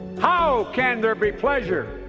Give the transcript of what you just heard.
how can there be pleasure